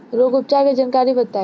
रोग उपचार के जानकारी बताई?